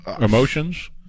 Emotions